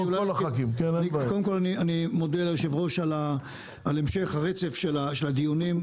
אני מודה ליו"ר על המשך הרצף של הדיונים,